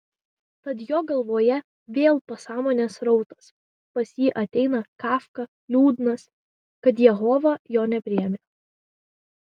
tad jo galvoje vėl pasąmonės srautas pas jį ateina kafka liūdnas kad jehova jo nepriėmė